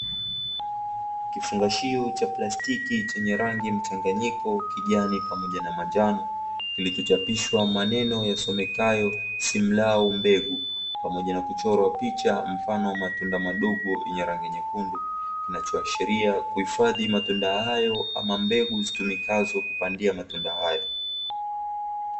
Kifungashio cha plastiki chenye rangi mchanganyiko kijani pamoja na manjano, kilichochapishwa maneno yasomekayo “simlau mbegu”, pamoja na kuchorwa picha mfano wa matunda madogo yenye rangi nyekundu, kinachoashiria kuhifadhi matunda hayo ama mbegu zitumikazo kupandia matunda hayo.